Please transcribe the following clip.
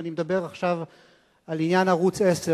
ואני מדבר עכשיו על עניין ערוץ-10,